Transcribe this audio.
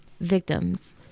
victims